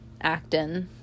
acting